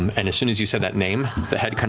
um and as soon as you said that name, the head